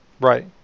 Right